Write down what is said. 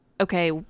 okay